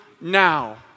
now